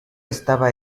estaba